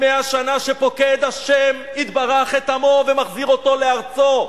100 שנה שפוקד השם יתברך את עמו ומחזיר אותו לארצו,